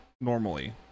normally